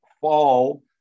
fall